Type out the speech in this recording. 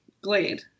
Glade